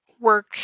work